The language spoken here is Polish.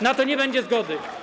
Na to nie będzie zgody.